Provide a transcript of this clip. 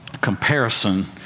Comparison